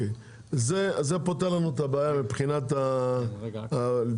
זה פותר לנו את הבעיה מבחינת הפחדים.